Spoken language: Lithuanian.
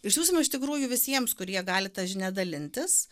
išsiųsime iš tikrųjų visiems kurie gali ta žinia dalintis